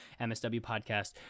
MSWpodcast